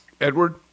edward